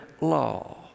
law